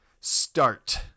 Start